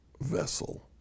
vessel